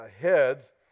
Heads